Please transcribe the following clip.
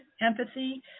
empathy